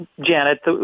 Janet